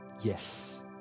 Yes